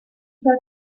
got